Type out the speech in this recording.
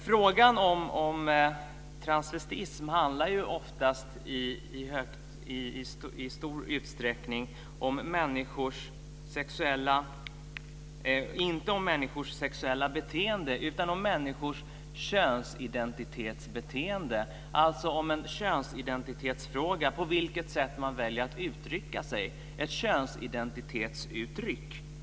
Frågan om transvestism handlar ju i stor utsträckning om människors könsidentitetsbeteende och inte om människors sexuella beteende. Det är alltså en könsidentitetsfråga om på vilket sätt man väljer att uttrycka sig. Det är ett könsidentitetsuttryck.